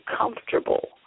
comfortable